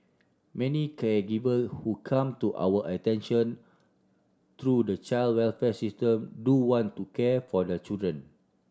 many caregiver who come to our attention through the child welfare system do want to care for their children